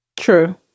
true